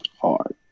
Hard